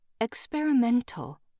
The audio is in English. Experimental